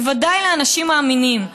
בוודאי לאנשים מאמינים.